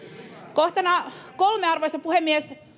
kohtana kolme arvoisa puhemies